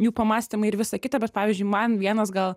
jų pamąstymai ir visa kita bet pavyzdžiui man vienas gal